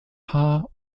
haar